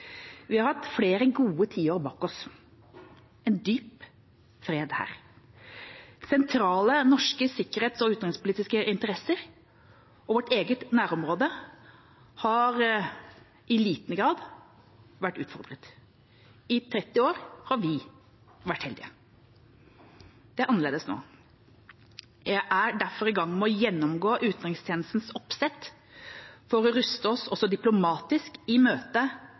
Vi har hatt flere gode tiår bak oss, en dyp fred her. Sentrale norske sikkerhets- og utenrikspolitiske interesser og vårt eget nærområde har i liten grad vært utfordret. I 30 år har vi vært heldige. Det er annerledes nå. Jeg er derfor i gang med å gjennomgå utenrikstjenestens oppsett for å ruste oss også diplomatisk i